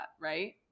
right